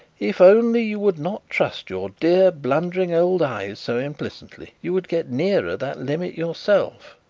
if only you would not trust your dear, blundering old eyes so implicitly you would get nearer that limit yourself,